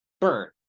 burn